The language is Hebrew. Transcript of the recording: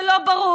זה לא ברור.